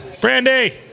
Brandy